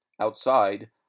Outside